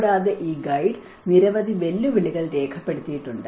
കൂടാതെ ഈ ഗൈഡ് നിരവധി വെല്ലുവിളികൾ രേഖപ്പെടുത്തിയിട്ടുണ്ട്